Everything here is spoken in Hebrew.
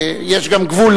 יש גם גבול,